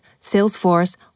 Salesforce